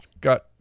got